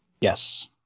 yes